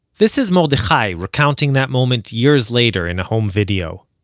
this is mordechai, recounting that moment years later in a home video